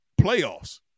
playoffs